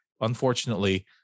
unfortunately